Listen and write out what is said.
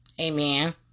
Amen